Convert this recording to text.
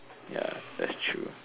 ya that's true